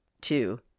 two